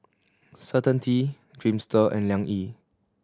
Certainty Dreamster and Liang Yi